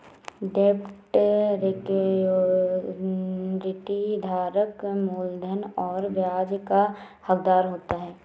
डेब्ट सिक्योरिटी धारक मूलधन और ब्याज का हक़दार होता है